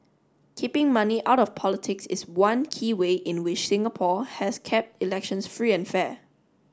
keeping money out of politics is one key way in which Singapore has kept elections free and fair